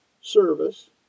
service